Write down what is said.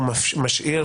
הוא משאיר